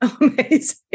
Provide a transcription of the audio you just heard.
Amazing